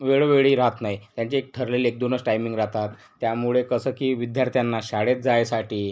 वेळोवेळी राहत नाही त्यांचे एक ठरलेले एकदोनच टायमिंग राहतात त्यामुळे कसं की विद्यार्थ्यांना शाळेत जायसाठी